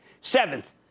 Seventh